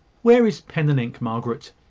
where is pen and ink, margaret?